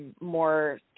more